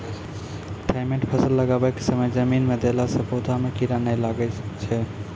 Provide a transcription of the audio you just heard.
Thimet फ़सल लगाबै के समय जमीन मे देला से पौधा मे कीड़ा नैय लागै छै?